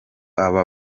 aba